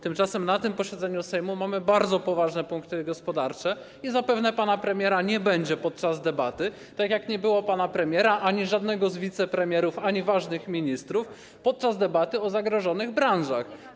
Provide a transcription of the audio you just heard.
Tymczasem na tym posiedzeniu Sejmu mamy bardzo poważne punkty gospodarcze i zapewne pana premiera nie będzie podczas debaty, tak jak nie było pana premiera ani żadnego z wicepremierów ani ważnych ministrów podczas debaty o zagrożonych branżach.